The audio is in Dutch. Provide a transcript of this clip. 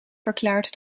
verklaard